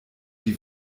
die